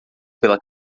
pela